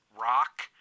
Rock